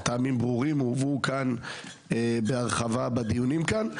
מטעמים ברורים שהובאו בהרחבה בדיונים כאן,